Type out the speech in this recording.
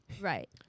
right